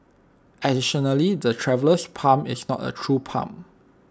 additionally the Traveller's palm is not A true palm